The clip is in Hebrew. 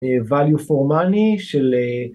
the value for money של